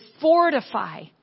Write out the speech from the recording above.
fortify